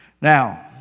Now